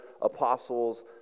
apostles